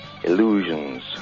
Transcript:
Illusions